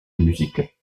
musique